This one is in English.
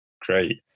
Great